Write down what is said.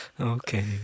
Okay